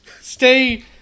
stay